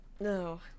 no